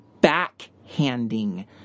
backhanding